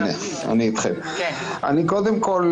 קודם כל,